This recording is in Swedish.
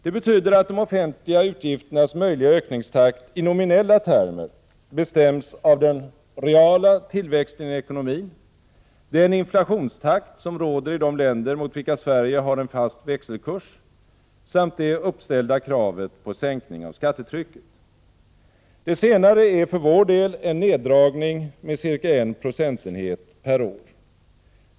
Det betyder att de offentliga utgifternas möjliga ökningstakt i nominella termer bestäms av den reala tillväxten i ekonomin, den inflationstakt som råder i de länder mot vilka Sverige har en fast växelkurs samt det uppställda kravet på sänkning av skattetrycket. Det senare är för vår del en neddragning med ca 1 procentenhet per år.